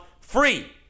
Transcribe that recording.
free